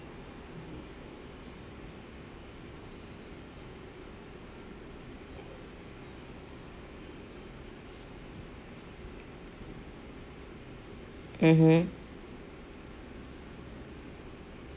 mmhmm